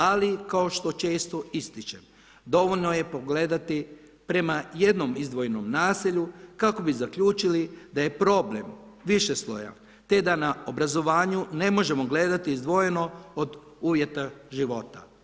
Ali kao što često ističem dovoljno je pogledati prema jednom izdvojenom naselju kako bi zaključili da je problem višeslojan, te da na obrazovanju ne možemo gledati izdvojeno od uvjeta života.